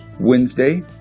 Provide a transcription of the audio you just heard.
Wednesday